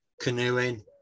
canoeing